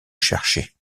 cherchais